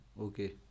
Okay